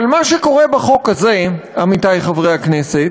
אבל מה שקורה בחוק הזה, עמיתי חברי הכנסת,